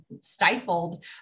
stifled